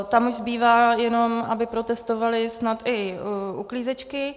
Tam už zbývá jenom, aby protestovaly snad i uklízečky.